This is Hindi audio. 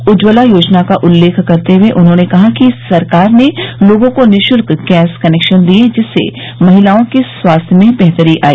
उज्ज्वला योजना का उल्लेख करते हुए उन्होंने कहा कि सरकार ने लोगों को निःशुल्क गैस कनेक्शन दिए जिससे महिलाओं के स्वास्थ्य में बेहतरी आई